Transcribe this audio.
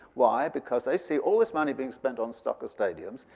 why? because they see all this money being spent on soccer stadiums,